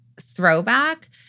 throwback